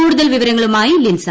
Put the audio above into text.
കൂടുതൽവിവരങ്ങളുമായി ലിൻസ